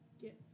get